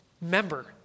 member